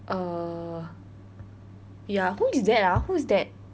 uh ya who is that ah who is that